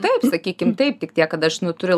taip sakykim taip tik tiek kad aš nu turiu